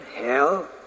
hell